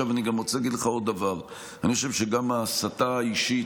אני גם רוצה להגיד לך עוד דבר: אני חושב שגם ההסתה האישית,